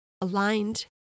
aligned